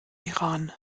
iran